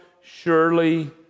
surely